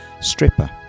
stripper